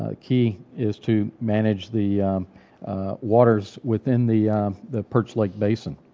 ah key is to manage the waters within the the perch lake basin.